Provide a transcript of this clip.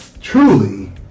Truly